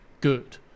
good